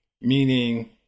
Meaning